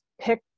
pick